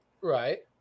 Right